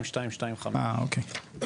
החלטה 2225. אה, אוקיי, כן.